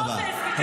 בטופס זה כתוב.